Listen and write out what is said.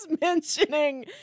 mentioning